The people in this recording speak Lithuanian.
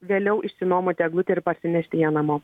vėliau išsinuomoti eglutę ir parsinešti ją namo